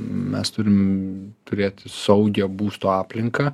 mes turim turėti saugią būsto aplinką